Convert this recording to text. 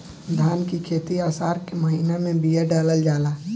धान की खेती आसार के महीना में बिया डालल जाला?